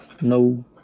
No